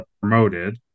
promoted